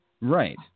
Right